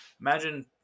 imagine